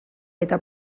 eta